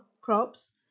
crops